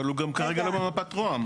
אבל הוא גם כרגע לא במפת רוה"מ.